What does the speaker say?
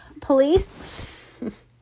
police